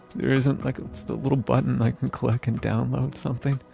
there isn't like a little button i can click and download something?